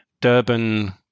durban